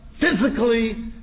physically